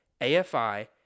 afi